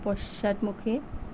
পশ্চাদমুখী